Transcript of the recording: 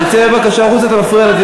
חבר הכנסת, אני אצטרך להוציא אותך.